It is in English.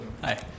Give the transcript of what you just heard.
Hi